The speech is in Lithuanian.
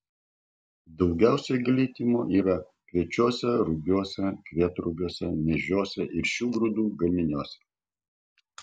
daugiausiai glitimo yra kviečiuose rugiuose kvietrugiuose miežiuose ir šių grūdų gaminiuose